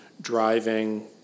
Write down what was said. driving